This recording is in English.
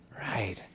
right